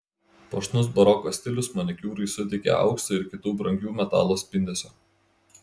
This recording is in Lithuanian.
puošnus baroko stilius manikiūrui suteikė aukso ir kitų brangių metalų spindesio